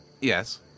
Yes